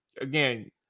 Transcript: Again